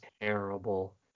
terrible